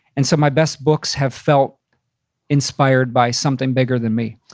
and so my best books have felt inspired by something bigger than me